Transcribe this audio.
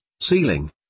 ceiling